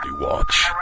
watch